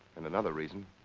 and another reason.